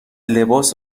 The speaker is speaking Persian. لباس